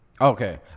Okay